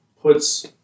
puts